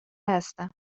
هستم